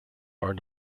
are